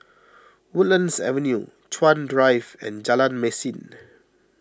Woodlands Avenue Chuan Drive and Jalan Mesin